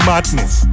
Madness